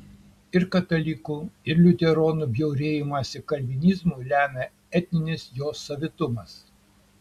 ir katalikų ir liuteronų bjaurėjimąsi kalvinizmu lemia etinis jo savitumas